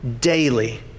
daily